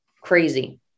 Crazy